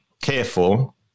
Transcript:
careful